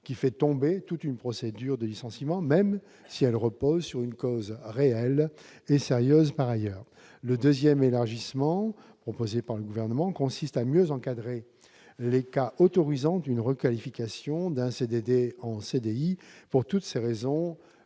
qui fait tomber toute une procédure de licenciement, même si elle repose sur une cause réelle et sérieuse par ailleurs. Le second élargissement consiste à mieux encadrer les cas autorisant une requalification d'un CDD en CDI. Pour toutes ces raisons,